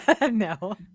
No